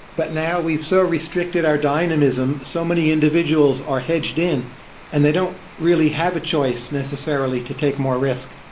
but now, we've so restricted our dynamism, so many individuals are hedged in and they don't really have a choice necessarily to take more risk.